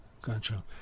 Gotcha